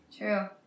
True